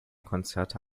konzerte